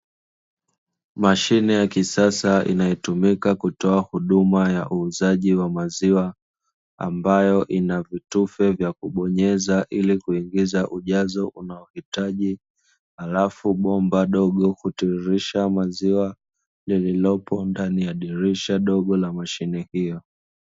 Mashine ya kisasa inayotumika kutoa huduma ya uuzaji wa maziwa, ambayo ina vitufe vya kubonyeza ilia kuingiza ujazo unaohitaji, halafu bomba dogo hutiririsha maziwa lililopo ndani ya dirisha dogo la mashine hiyo.